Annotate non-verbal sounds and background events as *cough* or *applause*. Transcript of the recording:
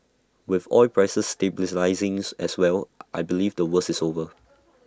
with oil prices stabilising *unintelligible* as well I believe the worst is over